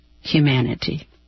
humanity